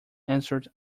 answered